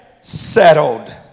settled